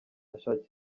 ashaka